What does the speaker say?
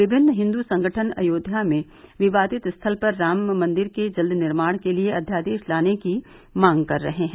विभिन्न हिन्दू संगठन अयोध्या में विवादित स्थल पर राम मंदिर के जल्द निर्माण के लिए अध्यादेश लाने की मांग कर रहे हैं